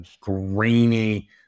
grainy